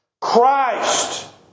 Christ